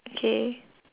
okay